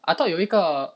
I thought 有一个